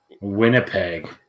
Winnipeg